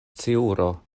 sciuro